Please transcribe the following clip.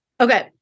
okay